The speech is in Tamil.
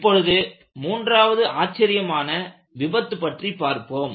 இப்பொழுது மூன்றாவது ஆச்சர்யமான விபத்து பற்றி பார்ப்போம்